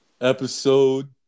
episode